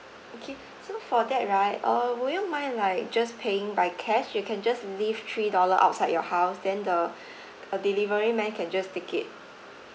okay so for that right uh would you mind like just paying by cash you can just leave three dollar outside your house then the a delivery man can just take it